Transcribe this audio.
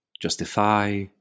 justify